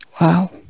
Wow